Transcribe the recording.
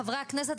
חברי הכנסת,